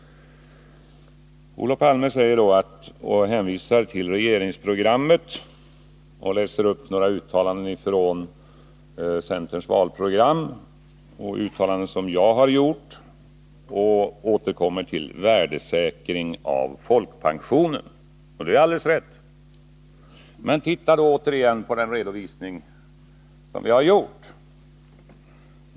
Olof Palme hänvisar till regeringsprogrammet och läser upp några uttalanden från centerns valprogram och uttalanden som jag har gjort, och han återkommer till värdesäkringen av folkpensionen. Han har alldeles rätt. Men titta på den redovisning som vi har gjort!